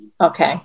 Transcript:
Okay